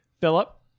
Philip